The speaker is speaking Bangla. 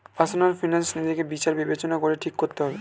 পার্সোনাল ফিনান্স নিজেকে বিচার বিবেচনা করে ঠিক করতে হবে